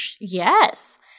Yes